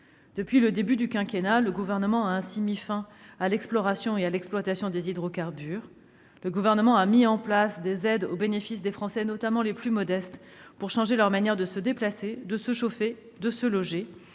Depuis le début du quinquennat, le Gouvernement a mis fin à l'exploration et à l'exploitation des hydrocarbures. Il a mis en place des aides au bénéfice des Français, notamment des plus modestes, pour changer leurs manières de se déplacer, de se chauffer, de se loger.